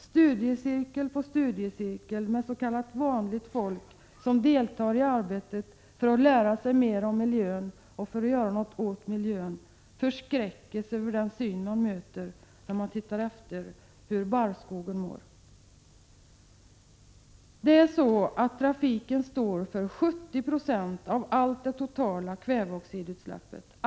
Studiecirkel på studiecirkel med s.k. vanligt folk, som deltar i arbetet för att lära sig mera om miljön och för att kunna göra något åt den, förskräcks över den syn de möter när de undersöker hur barrskogen mår. Trafiken står för 70 90 av det totala kväveoxidutsläppet.